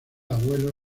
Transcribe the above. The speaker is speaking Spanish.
abuelo